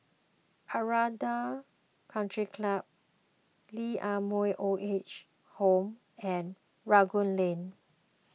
Aranda Country Club Lee Ah Mooi Old Age Home and Rangoon Lane